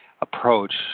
approach